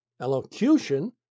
elocution